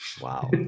Wow